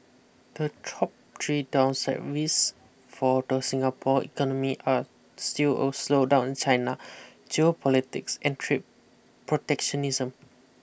the top three downside risk for the Singapore economy are still a slowdown in China geopolitics and trade protectionism